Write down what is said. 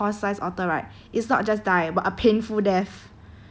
e~ wait and not just that right I fight that one horse-sized otter right